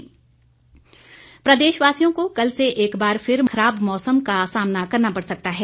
मौसम प्रदेश वासियों को कल से एक बार फिर खराब मौसम का सामना करना पड़ सकता है